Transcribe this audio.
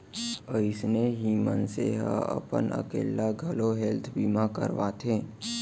अइसने ही मनसे ह अपन अकेल्ला घलौ हेल्थ बीमा करवाथे